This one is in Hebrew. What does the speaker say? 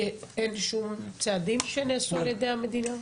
אין שום צעדים שנעשו על ידי המדינה?